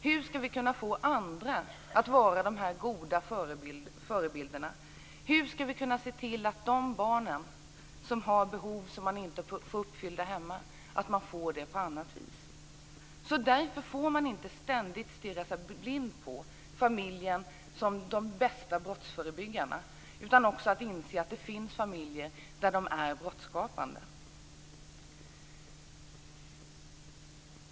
Hur skall vi kunna få andra att vara de här goda förebilderna? Hur skall vi kunna se till att de barn som har behov som de inte får uppfyllda hemma får det på annat vis? Därför får man inte ständigt stirra sig blind på familjen som den bästa brottsförebyggaren, utan måste också inse att det finns familjer som är brottsskapande.